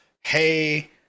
Hey